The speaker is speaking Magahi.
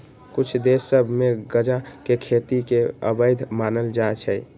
कुछ देश सभ में गजा के खेती के अवैध मानल जाइ छै